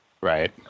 Right